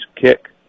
kick